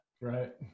Right